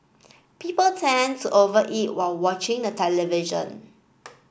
people tend to over eat while watching the television